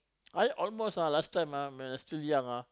I almost ah last time ah when I still young ah